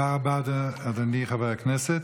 תודה רבה, אדוני חבר הכנסת.